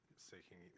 seeking